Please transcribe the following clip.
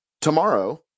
tomorrow